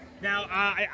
Now